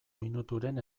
minuturen